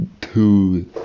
two